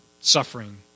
suffering